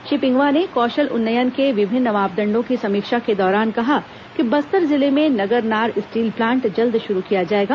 श्री पिंगुआ ने कौशल उन्नयन के विभिन्न मापदण्डों की समीक्षा के दौरान कहा कि बस्तर जिले में नगरनार स्टील प्लांट जल्द शुरू किया जाएगा